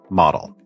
model